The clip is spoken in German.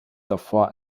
davor